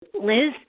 Liz